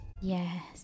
Yes